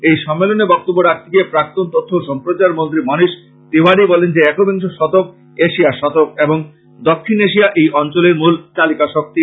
এই সম্মেলনে বক্তব্য রাখতে গিয়ে প্রাক্তন তথ্য ও সম্প্রচার মন্ত্রী মনীশ তিওয়ারি বলেন যে একবিংশ শতক এশিয়ার শতক এবং দক্ষিণ এশিয়া এই অঞ্চলের মূল চালিকা শক্তি